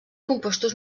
compostos